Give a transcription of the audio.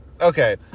Okay